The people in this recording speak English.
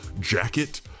jacket